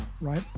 Right